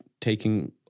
taking